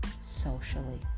socially